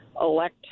elect